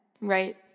right